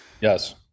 Yes